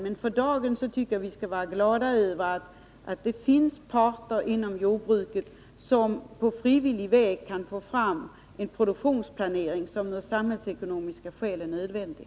Men för dagen tycker jag att vi skall vara glada över att det finns parter inom jordbruket som på frivillig väg kan få fram en produktionsplanering som av samhällsekonomiska skäl är nödvändig.